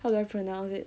how do I pronounce it